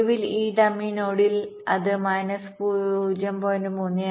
ഒടുവിൽ ഈ ഡമ്മി നോഡിൽ അത് മൈനസ് 0